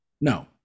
No